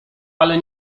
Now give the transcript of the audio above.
ale